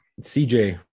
CJ